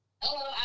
Hello